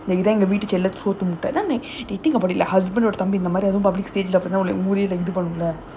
வந்தா அந்த வீட்டு:vandha andha veetu then I was like think about it lah husband or தம்பி:thambi public stage ஊரே வந்து இது பண்ணும்ல:oorae vandhu idha pannumla